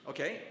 Okay